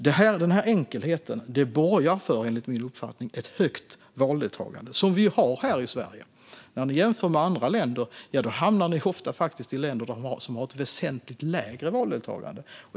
Denna enkelhet borgar enligt min uppfattning för ett högt valdeltagande, som vi ju har här i Sverige. När ni i Sverigedemokraterna jämför med andra länder hamnar ni ofta i länder som har ett väsentligt lägre valdeltagande.